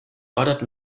ordered